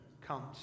comes